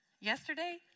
yesterday